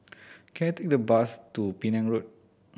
can I take a bus to Penang Road